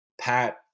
Pat